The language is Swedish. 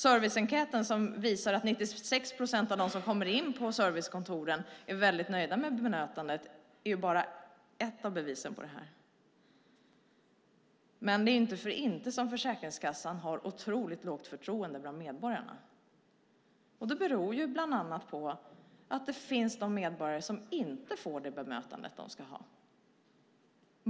Serviceenkäten som visar att 96 procent av dem som kommer in på servicekontoren är väldigt nöjda med bemötandet är bara ett av bevisen på detta. Men det är inte för inte som Försäkringskassan har otroligt lågt förtroende hos medborgarna. Det beror bland annat på att det finns medborgare som inte får det bemötande de ska ha.